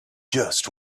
just